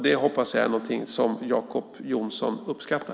Det hoppas jag att Jacob Johnson uppskattar.